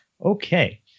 Okay